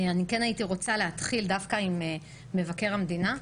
אני רוצה להתחיל דווקא עם מבקר המדינה,